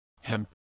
Hemp